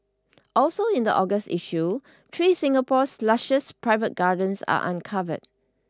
also in the August issue three Singapore's lushest private gardens are uncovered